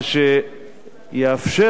מה שיאפשר,